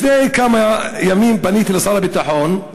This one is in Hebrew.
לפני כמה ימים פניתי לשר הביטחון,